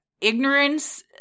ignorance